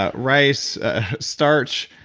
ah rice ah starch.